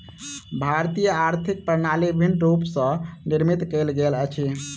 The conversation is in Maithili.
भारतीय आर्थिक प्रणाली विभिन्न रूप स निर्मित कयल गेल अछि